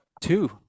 two